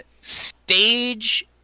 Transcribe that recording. stage